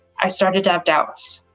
i started to have doubts,